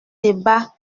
débat